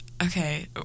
Okay